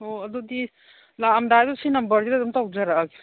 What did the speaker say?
ꯑꯣ ꯑꯗꯨꯗꯤ ꯂꯥꯛꯑꯝꯗꯥꯏꯗꯨꯗ ꯁꯤ ꯅꯝꯕꯔꯁꯤꯗ ꯑꯗꯨꯝ ꯇꯧꯖꯔꯛꯑꯒꯦ